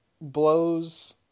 blows